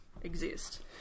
exist